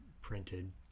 printed